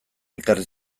ekarri